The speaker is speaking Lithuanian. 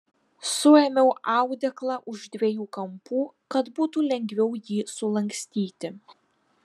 suėmiau audeklą už dviejų kampų kad būtų lengviau jį sulankstyti